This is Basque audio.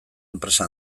enpresa